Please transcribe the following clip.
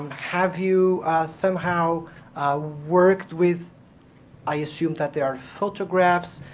um have you somehow worked with i assume that there are photographs,